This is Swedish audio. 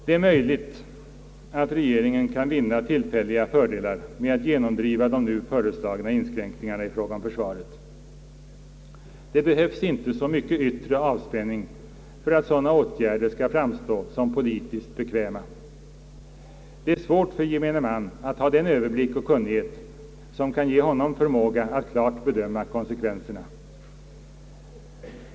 Det är möjligt att regeringen kan vinna tillfälliga fördelar med att genomdriva de nu föreslagna inskränkningarna i fråga om försvaret. Det behövs inte så mycket yttre avspänning för att sådana åtgärder skall framstå som politiskt bekväma. Det är svårt för gemene man att ha den överblick och kunnighet som kan ge honom förmåga att klart bedöma konsekvenserna.